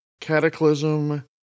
Cataclysm